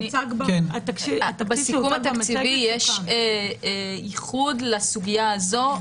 בסיכום התקציבי יש ייחוד לסוגיה הזו.